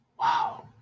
Wow